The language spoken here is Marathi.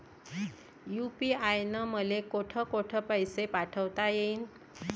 यू.पी.आय न मले कोठ कोठ पैसे पाठवता येईन?